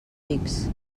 xics